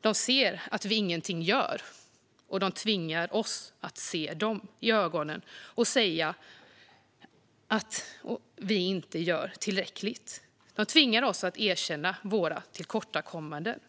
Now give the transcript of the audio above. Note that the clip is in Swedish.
De ser att vi ingenting gör, och de tvingar oss att se dem i ögonen och säga att vi inte gör tillräckligt. De tvingar oss att erkänna våra tillkortakommanden.